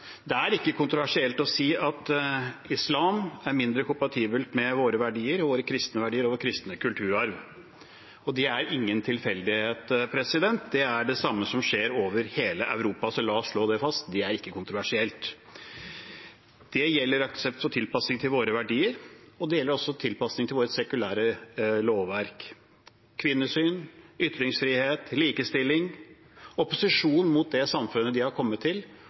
Det er ikke kontroversielt å si at islam er mindre kompatibelt med våre verdier, våre kristne verdier og vår kristne kulturarv. Og det er ingen tilfeldighet. Det er det samme som skjer over hele Europa, så la oss slå det fast, det er ikke kontroversielt. Det gjelder rett og slett tilpasning til våre verdier, og det gjelder tilpasning til vårt sekulære lovverk. Det gjelder kvinnesyn, ytringsfrihet, likestilling, opposisjon mot det samfunnet de har kommet til,